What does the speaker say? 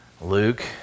Luke